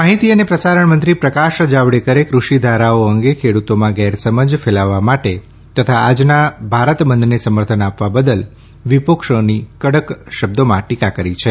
માહિતી અને પ્રસારણમંત્રી પ્રકાશ જાવડેકરે કૃષિધારાઓ અંગે ખેડૂતોમાં ગેરસમજ ફેલાવવા માટે તથા આજના ભારત બંધને સમર્થન આપવા બદલ વિપક્ષોની કડક શબ્દોમાં ટીકા કરી છે